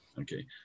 Okay